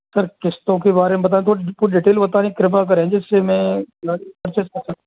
sir किश्तों के बारे में बता डिटेल होता है कृपा करें जिससे मैं गाड़ी परचेज कर सकूँ